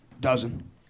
Dozen